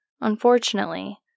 Unfortunately